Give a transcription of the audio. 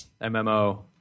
MMO